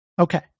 Okay